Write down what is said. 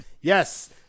yes